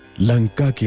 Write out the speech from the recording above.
lanka,